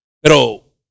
Pero